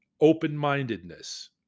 open-mindedness